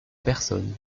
personnes